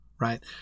right